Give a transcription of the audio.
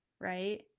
right